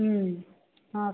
ହୁଁ ହଁ